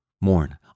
Mourn